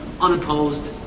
unopposed